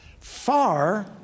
Far